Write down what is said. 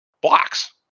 blocks